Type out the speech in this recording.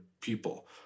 people